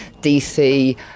DC